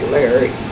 Larry